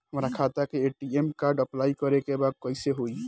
हमार खाता के ए.टी.एम कार्ड अप्लाई करे के बा कैसे होई?